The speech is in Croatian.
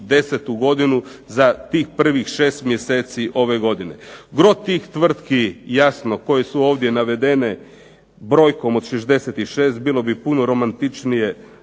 2010. godinu za prvih tih 6 mjeseci ove godine. Gro tih tvrtki jasno koje su ovdje navedene brojkom od 66 bilo bi puno romantičnije